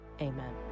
Amen